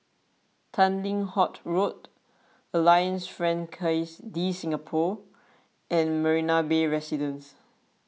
Tanglin Halt Road Alliance Francaise De Singapour and Marina Bay Residences